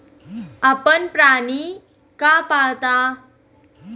आपण प्राणी का पाळता?